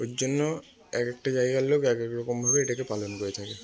ওই জন্য এক একটা জায়গার লোক এক এক রকমভাবে এটাকে পালন করে থাকে